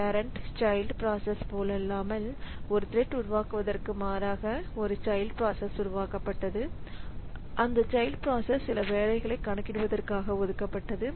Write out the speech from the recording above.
parent child process போலல்லாமல் ஒரு thread உருவாக்குவதற்கு மாறாக ஒரு சைல்ட் ப்ராசஸ் உருவாக்கப்பட்டது அந்த சைல்ட் ப்ராசஸ் சில வேலைகளை கணக்கிடுவதற்காக ஒதுக்கப்பட்டது